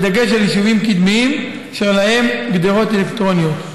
בדגש על יישובים קדמיים אשר יש להם גדרות אלקטרוניות,